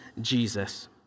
Jesus